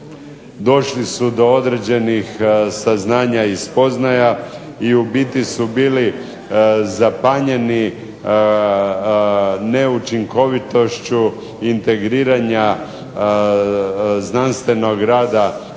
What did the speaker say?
došli su do određenih saznanja i spoznaja i u biti su bili zapanjeni neučinkovitošću integriranja znanstvenog rada